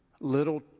little